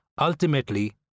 ultimately